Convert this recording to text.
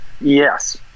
Yes